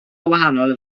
wahanol